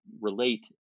relate